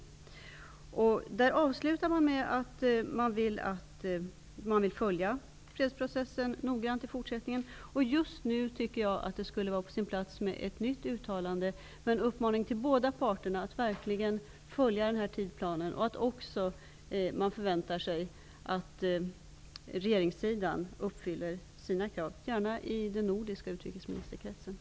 Uttalandet avslutas med att man säger att fredsprocessen skall följas noggrant i fortsättningen. Just nu skulle det vara på sin plats med ett nytt uttalande, gärna från den nordiska utrikesministerkretsen, att man förväntar sig att regeringssidan uppfyller kraven och en ny uppmaning till båda parterna att verkligen följa tidsplanen.